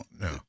no